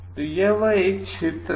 तो यह एक क्षेत्र है